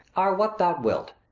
our what thou wilt.